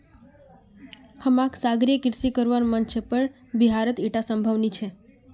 हमाक सागरीय कृषि करवार मन छ पर बिहारत ईटा संभव नी छ